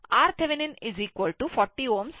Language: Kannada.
ಈಗ RThevenin 40 Ω ಆಗಿದೆ